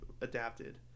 adapted